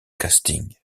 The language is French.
casting